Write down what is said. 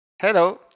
Hello